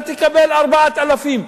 אתה תקבל 4,000,